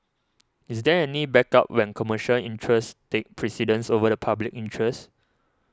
is there any backup when commercial interests take precedence over the public interest